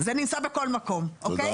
זה נמצא בכל מקום אוקי,